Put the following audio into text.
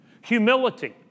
humility